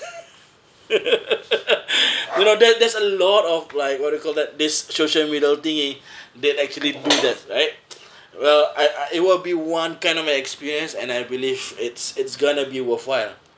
you know there there's a lot of like what do you call that this social media thingy that actually do that right well I it will be one kind of a experience and I believe it's it's going to be worthwhile